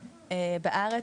בארץ,